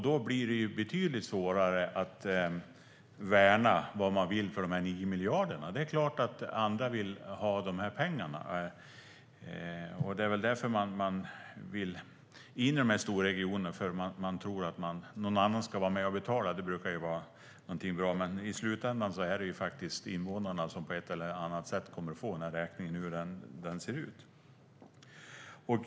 Då blir det betydligt svårare att värna vad man vill för de här 9 miljarderna. Det är klart att andra vill ha de här pengarna. Det är väl därför man vill in i de här storregionerna. Man tror att någon annan ska vara med och betala. Det brukar ju vara någonting bra, men i slutändan är det faktiskt invånarna som på ett eller annat sätt kommer att få räkningen, hur den än ser ut.